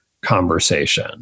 conversation